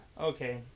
Okay